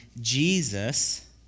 Jesus